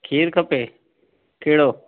खीरु खपे कहिड़ो